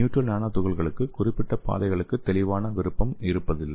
neutral nano துகள்களுக்கு குறிப்பிட்ட பாதைகளுக்கான தெளிவான விருப்பம் இருப்பதில்லை